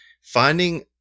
finding